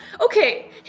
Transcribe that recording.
okay